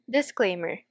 Disclaimer